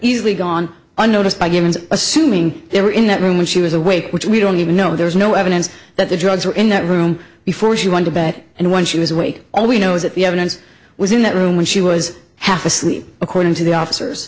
easily gone unnoticed by humans assuming they were in that room when she was awake which we don't even know there's no evidence that the drugs were in that room before she went to bed and when she was awake all we know is that the evidence was in that room when she was half asleep according to the officers